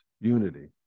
unity